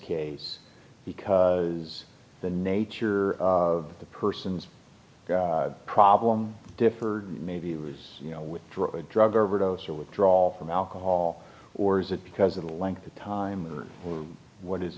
case because the nature of the person's problem differ maybe it was you know droid drug overdose or withdrawal from alcohol or is it because of the length of time or what is